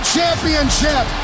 Championship